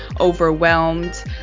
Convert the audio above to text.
overwhelmed